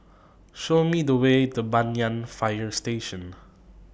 Show Me The Way to Banyan Fire Station